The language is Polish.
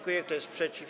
Kto jest przeciw?